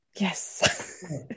Yes